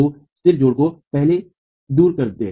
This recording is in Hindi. तो सिर जोड़ों को पहले दूर कर दे